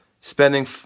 spending